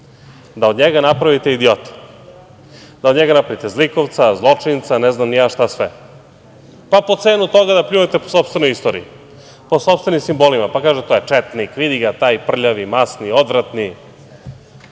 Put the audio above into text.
da od njega napravite idiota, da od njega napravite zlikovca, zločinca i ne znam ni ja šta sve. Pa po cenu toga da pljujete po sopstvenoj istoriji, po sopstvenim simbolima, pa kažete - to je četnik, vidi ga, prljavi, masni, odvratni. Tako